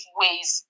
ways